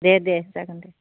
दे दे जागोन दे